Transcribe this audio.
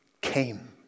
came